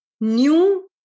new